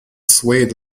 swayed